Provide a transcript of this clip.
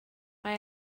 mae